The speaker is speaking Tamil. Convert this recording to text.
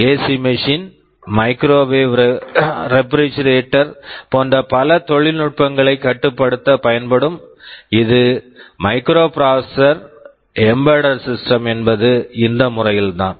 AC machine acmachine microwave microwave refrigerator refrigerator போன்ற பல தொழில்நுட்பங்களைக் கட்டுப்படுத்தப் பயன்படும் இது microprocessor microprocessor embedded system embedded system என்பது இந்த முறையில் தான்